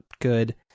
good